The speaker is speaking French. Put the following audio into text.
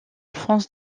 france